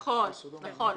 נכון.